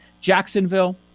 Jacksonville